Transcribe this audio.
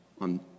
on